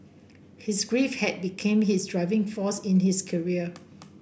his grief had became his driving force in his career